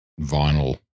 vinyl